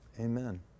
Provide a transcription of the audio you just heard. Amen